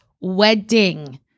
wedding